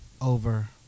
over